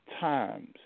times